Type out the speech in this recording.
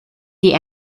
die